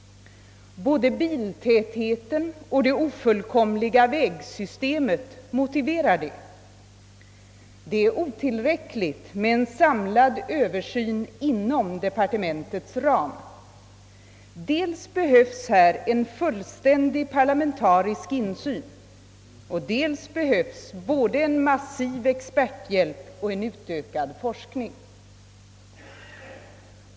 Både biltätheten och det ofullkomliga vägsystemet motiverar det. Det är inte nog med en samlad översyn inom departementets ram. Dels behövs här en fullständig parlamentarisk insyn, dels fordras både en massiv experthjälp och en utökad forskning.